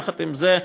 יחד עם זה,